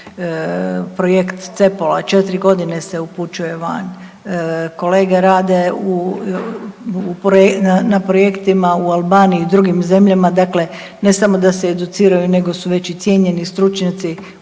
ide u projekt CEPOL-a, 4 godine se upućuje van. Kolege rade u, na projektima u Albaniji i drugim zemljama, dakle ne samo da se educiraju, nego su već i cijenjeni stručnjaci u